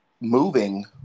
moving